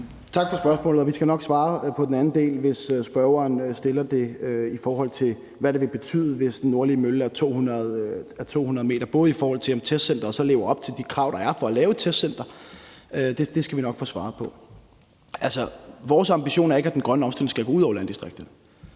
spørgsmålet. Vi skal nok svare på den anden del, hvis spørgeren stiller spørgsmålet om, hvad det vil betyde, hvis den nordlige mølle er 200 m høj, i forhold til om testcenteret så lever op til de krav, der er for at lave et testcenter. Det skal vi nok få svaret på. Vores ambition er ikke, at den grønne omstilling skal gå ud over landdistrikterne.